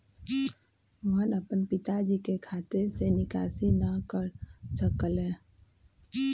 मोहन अपन पिताजी के खाते से निकासी न कर सक लय